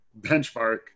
benchmark